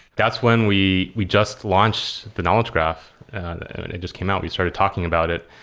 that's when we we just launched the knowledge graph, and it just came out. we started talking about it,